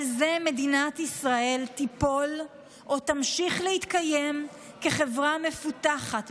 על זה מדינת ישראל תיפול או תמשיך להתקיים כחברה מפותחת,